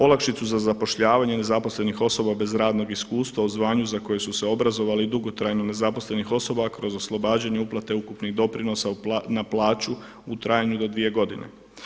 Olakšicu za zapošljavanje nezaposlenih osoba bez radnog iskustva u zvanju za koje su se obrazovali dugotrajno nezaposlenih osoba kroz oslobađanje uplate ukupnih doprinosa na plaću u trajanju do 2 godine.